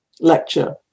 lecture